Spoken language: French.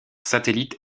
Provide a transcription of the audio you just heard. satellite